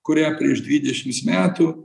kurią prieš dvidešims metų